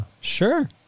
Sure